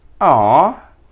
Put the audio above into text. Aw